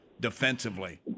defensively